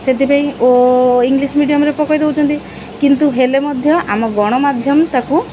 ସେଥିପାଇଁ ଓ ଇଂଲିଶ୍ ମିଡ଼ିୟମ୍ରେ ପକାଇ ଦଉଛନ୍ତି କିନ୍ତୁ ହେଲେ ମଧ୍ୟ ଆମ ଗଣମାଧ୍ୟମ ତାକୁ